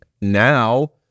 now